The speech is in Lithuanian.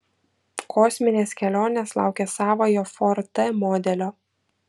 kosminės kelionės laukia savojo ford t modelio